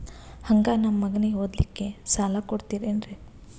ಹಂಗ ನಮ್ಮ ಮಗನಿಗೆ ಓದಲಿಕ್ಕೆ ಸಾಲ ಕೊಡ್ತಿರೇನ್ರಿ?